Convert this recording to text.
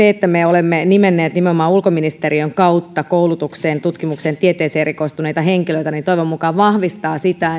että me olemme nimenneet nimenomaan ulkoministeriön kautta koulutukseen tutkimukseen tieteeseen erikoistuneita henkilöitä toivon mukaan vahvistaa sitä